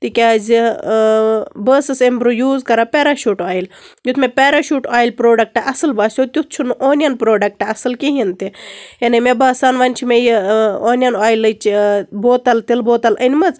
تِکیازِ ٲں بہٕ ٲسٕس أمۍ برۄنٛہہ یوٗز کران پیراشوٗٹ اویِل یُتھ مےٚ پیراشوٗٹ اویِل پروڈکٹہٕ اصٕل باسیو تیُتھ چھُنہٕ اونیَن پروڈکٹہٕ اصٕل کِہیٖنۍ تہِ یعنی مےٚ باسان وۄنۍ چھِ مےٚ یہِ ٲں اونیَن اویِلٕچ ٲں بوتل تِلہٕ بوتل أنمٕژ